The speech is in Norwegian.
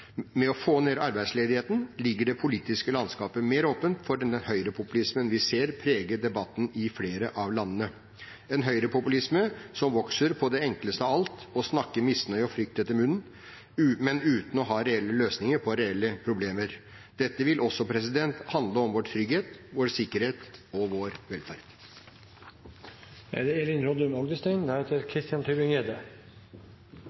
med den økonomiske veksten, med å få ned arbeidsledigheten, ligger det politiske landskapet mer åpent for den høyrepopulismen vi ser preger debatten i flere av landene, en høyrepopulisme som vokser på det enkleste av alt: å snakke misnøye og frykt etter munnen, men uten å ha reelle løsninger på reelle problemer. Dette vil også handle om vår trygghet, vår sikkerhet og vår velferd. La meg først få takke utenriksministeren for en veldig god redegjørelse. Europa er